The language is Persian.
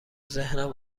ذهنم